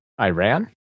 Iran